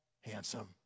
handsome